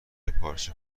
پارچه